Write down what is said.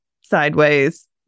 sideways